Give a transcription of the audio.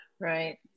Right